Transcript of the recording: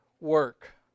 work